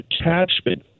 attachment